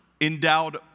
endowed